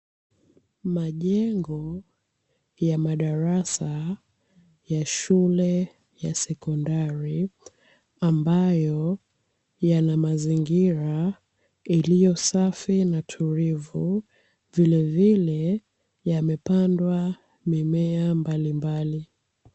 Majengo ya madara ya shule ya sekondari ambayo yana mazingira iliyo safi na tulivu, vilevile yamepandwa mimea mbalimbali.